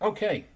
Okay